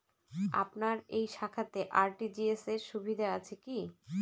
আপনার এই শাখাতে আর.টি.জি.এস সুবিধা আছে কি?